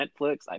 Netflix